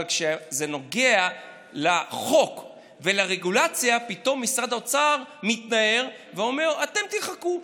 אבל כשזה נוגע לחוק ולרגולציה פתאום משרד האוצר מתנער ואומר: אתם תחכו.